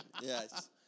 Yes